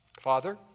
Father